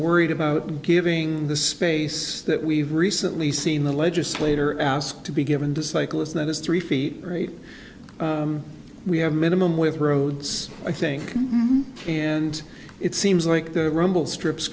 worried about giving the space that we've recently seen the legislator asked to be given to cyclists that is three feet or eight we have minimum with roads i think and it seems like the rumble strips